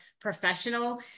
professional